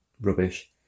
rubbish